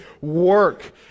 work